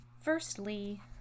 Firstly